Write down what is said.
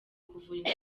kuvura